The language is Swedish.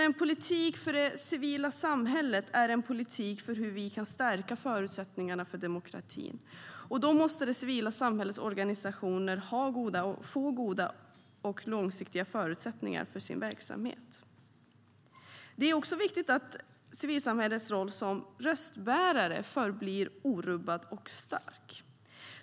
En politik för det civila samhället är en politik för hur vi kan stärka förutsättningarna för demokratin. Då måste det civila samhällets organisationer ha goda och långsiktiga förutsättningar för sin verksamhet. Det är också viktigt att civilsamhällets roll som röstbärare förblir orubbad och stark.